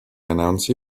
announce